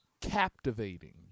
captivating